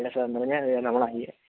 അല്ല സർ മുന്നേ അതുതന്നെ വാങ്ങിയെ